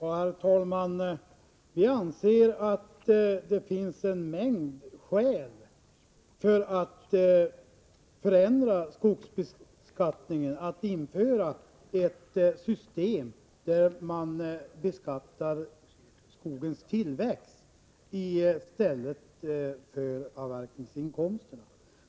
Herr talman! Vi anser att det finns en mängd skäl för att förändra skogsbeskattningen och införa ett system, där man beskattar skogens tillväxt i stället för avverkningsinkomsterna.